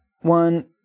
one